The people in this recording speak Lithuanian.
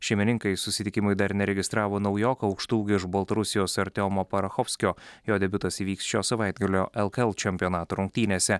šeimininkai susitikimui dar neregistravo naujoko aukštaūgio iš baltarusijos artiomo parachovskio jo debiutas įvyks šio savaitgalio lkl čempionato rungtynėse